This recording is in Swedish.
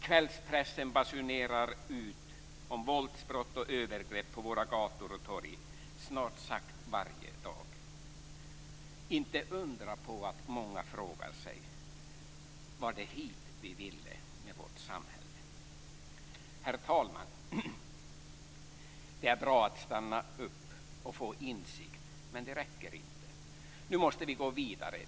Kvällspressen basunerar ut om våldsbrott och övergrepp på våra gator och torg snart sagt varje dag. Det är inte att undra på att många frågar sig: Var det hit vi ville med vårt samhälle? Herr talman! Det är bra att stanna upp och få insikt, men det räcker inte. Nu måste vi gå vidare.